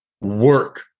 work